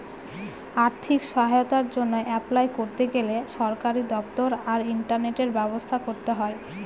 আর্থিক সহায়তার জন্য অ্যাপলাই করতে গেলে সরকারি দপ্তর আর ইন্টারনেটের ব্যবস্থা করতে হয়